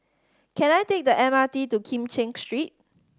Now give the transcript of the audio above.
can I take the M R T to Kim Cheng Street